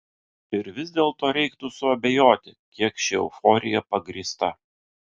ir vis dėlto reiktų suabejoti kiek ši euforija pagrįsta